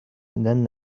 than